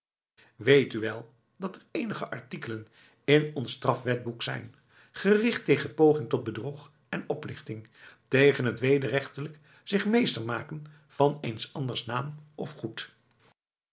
weet u wel dat er eenige artikelen in ons strafwetboek zijn gericht tegen poging tot bedrog en oplichting tegen t wederrechtelijk zich meester maken van eens anders naam of goed